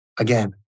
Again